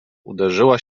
uderzyła